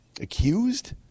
accused